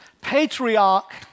patriarch